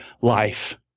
life